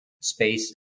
space